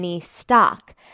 Stock